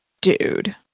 dude